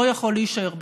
לא יכול להישאר בכיסא.